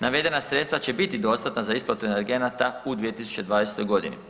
Navedena sredstva će biti dostatna za isplatu energenata u 2020. godini.